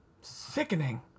Sickening